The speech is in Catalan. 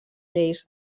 lleis